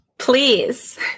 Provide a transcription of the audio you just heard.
Please